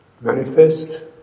manifest